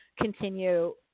continue